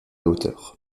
hauteur